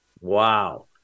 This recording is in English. Wow